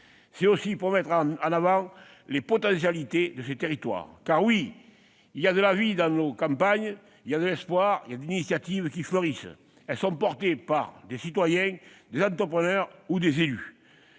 c'est aussi pour mettre en avant les potentialités de ces territoires, et pour cause : il y a de la vie dans nos campagnes, il y a de l'espoir, il y a des initiatives qui fleurissent, et qui sont menées par des citoyens, des entrepreneurs ou des élus.